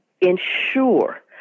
ensure